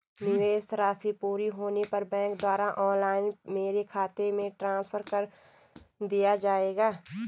निवेश राशि पूरी होने पर बैंक द्वारा ऑनलाइन मेरे खाते में ट्रांसफर कर दिया जाएगा?